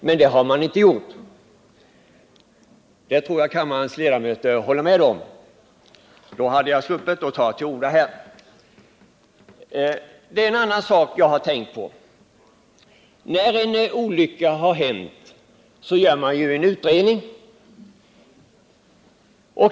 Men det har utskottet inte gjort — om det hade gjort det hade jag sluppit ta till orda här. Det är en annan sak som jag har tänkt på. När en olycka har inträffat under en fjälltur görs det en utredning.